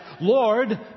Lord